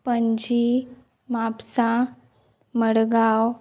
Panaji Mapusa Madgaon